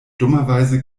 dummerweise